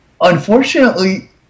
unfortunately